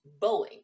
Boeing